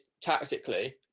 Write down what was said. tactically